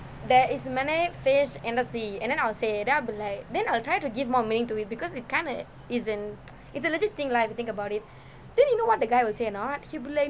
there is many fish in the sea and then I'll say then I'll be like then I'll try to give more meaning to it because it kinda isn't it's a legit thing like if you think about it then you know what the guy would say anot he'll be like